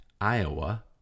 Iowa